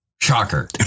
Shocker